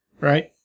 right